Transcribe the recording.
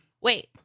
Wait